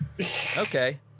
Okay